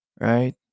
right